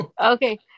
Okay